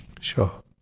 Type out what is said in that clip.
Sure